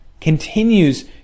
continues